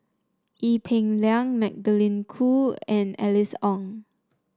Ee Peng Liang Magdalene Khoo and Alice Ong